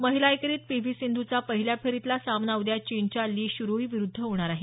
महिला एकेरीत P V सिंधूचा पहिल्या फेरीतला सामना उद्या चीनच्या लि श्रुई विरुद्ध होणार आहे